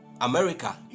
America